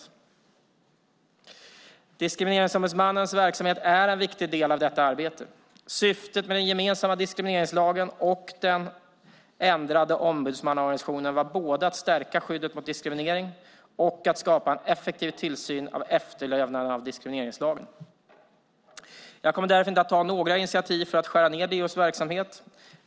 Diskrimineringsombudsmannens verksamhet är en viktig del av detta arbete. Syftet med den gemensamma diskrimineringslagen och den ändrade ombudsmannaorganisationen var både att stärka skyddet mot diskriminering och att skapa en effektiv tillsyn av efterlevnaden av diskrimineringslagen. Jag kommer därför inte att ta några initiativ för att skära ned DO:s verksamhet.